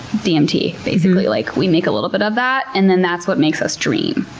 dmt, basically. like we make a little bit of that, and then that's what makes us dream.